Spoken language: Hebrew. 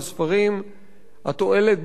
התועלת הכלכלית בזה היא אפסית,